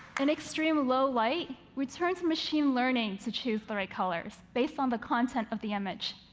in extreme low light, we turn to machine learning to choose the right colors based on the content of the image.